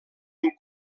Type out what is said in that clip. amb